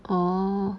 orh